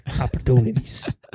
opportunities